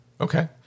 Okay